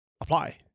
apply